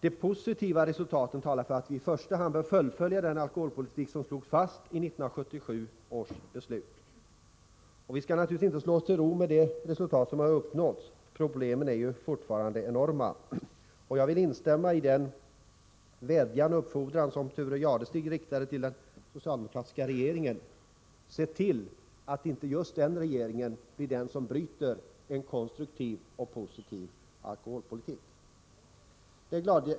De positiva resultaten talar för att vi i första hand bör fullfölja den alkoholpolitik som slogs fast i 1977 års beslut. Vi skall naturligtvis inte slå oss till ro med de resultat som nu uppnåtts. Problemen är ju fortfarande enorma. Jag vill instämma i Thure Jadestigs vädjan till den socialdemokratiska regeringen: Se till att inte just denna regering blir den som bryter en konstruktiv och positiv alkoholpolitik.